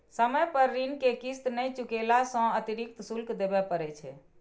समय पर ऋण के किस्त नहि चुकेला सं अतिरिक्त शुल्क देबय पड़ै छै